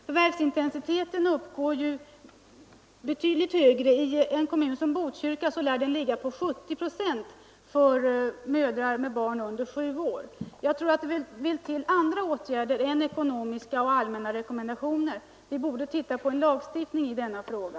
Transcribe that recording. Förvärvsintensiteten uppgår ju till betydligt högre tal; i en kommun som Botkyrka lär det talet ligga på 70 procent för mödrar med barn under sju år. Jag tror att andra åtgärder behöver vidtas än bara ekonomiska och allmänna rekommendationer — vi borde undersöka möjligheterna till en lagstiftning i denna fråga.